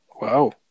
Wow